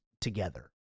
together